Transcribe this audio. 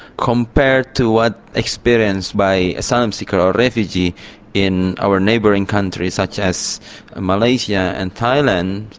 compared to what experience by asylum seeker or refugee in our neighbouring countries such as malaysia and thailand,